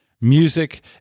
music